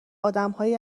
آدمهای